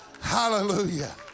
Hallelujah